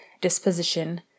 disposition